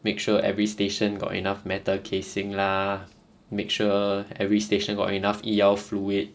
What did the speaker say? make sure every station got enough metal casing lah make sure every station got enough E_L fluid